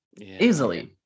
Easily